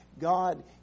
God